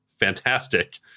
fantastic